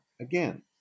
again